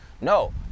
No